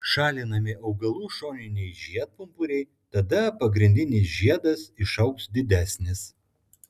šalinami augalų šoniniai žiedpumpuriai tada pagrindinis žiedas išaugs didesnis